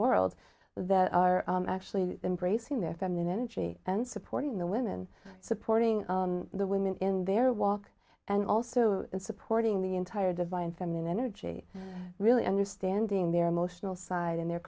world that are actually embracing their feminine energy and supporting the women supporting the women in their walk and also supporting the entire divine feminine energy really understanding their emotional side and their